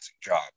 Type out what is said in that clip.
job